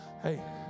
Hey